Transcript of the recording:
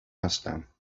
هستم